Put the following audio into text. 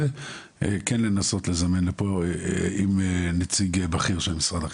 כן לנסות לזמן לפה עם נציג בכיר של משרד החינוך.